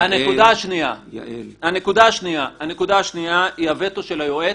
הנקודה השניה היא הווטו של היועץ,